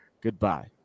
goodbye